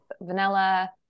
vanilla